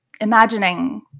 imagining